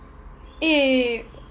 eh